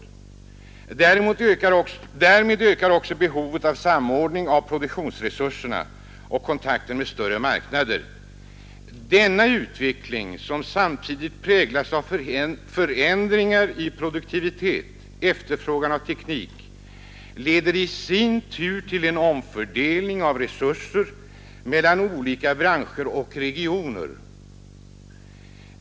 Därmed ökar också behovet av samordning av produktionsresurserna och kontakter med större marknader. Denna utveckling, som samtidigt präglas av förändringar i produktivitet, efterfrågan och teknik, leder i sin tur till en omfördelning av resurser mellan olika branscher och regioner.